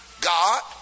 God